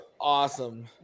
awesome